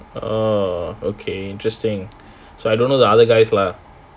oh okay interesting so I don't know the other guys lah